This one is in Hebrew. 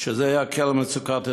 להקל על מצוקת הדיור?